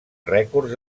rècords